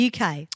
UK